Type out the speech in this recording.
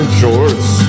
shorts